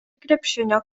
krepšinio